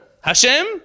Hashem